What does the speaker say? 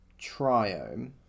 triome